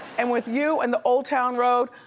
and with you and the old town road,